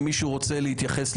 האם מישהו רוצה להתייחס?